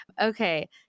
Okay